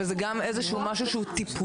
וזה גם משהו שהוא טיפול,